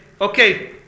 okay